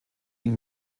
ihn